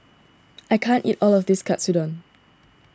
I can't eat all of this Katsudon